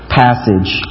passage